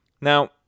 now